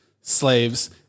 slaves